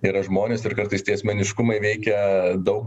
yra žmonės ir kartais tie asmeniškumai veikia daug